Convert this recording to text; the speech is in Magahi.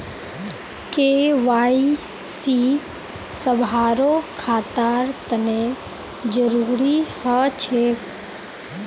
के.वाई.सी सभारो खातार तने जरुरी ह छेक